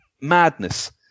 Madness